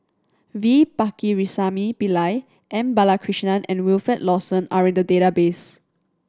V Pakirisamy Pillai M Balakrishnan and Wilfed Lawson are in the database